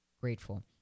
grateful